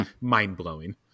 mind-blowing